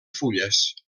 fulles